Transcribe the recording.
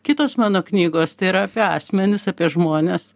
kitos mano knygos tai yra apie asmenis apie žmones